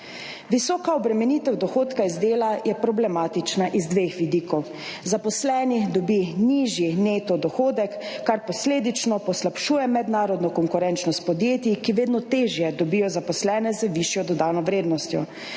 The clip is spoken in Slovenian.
Visoka obremenitev dohodka iz dela je problematična iz dveh vidikov, zaposleni dobi nižji neto dohodek, kar posledično poslabšuje mednarodno konkurenčnost podjetij, ki vedno težje dobijo zaposlene z višjo dodano vrednostjo,